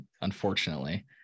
Unfortunately